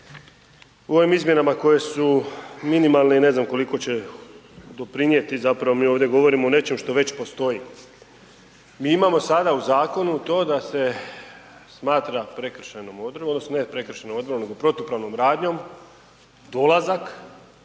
u ovim izmjenama koje su minimalne i ne znam koliko će doprinijeti, zapravo mi ovdje govorimo o nečem što već postoji. Mi imamo sada u zakonu to da se smatram prekršajnom odredbom odnosno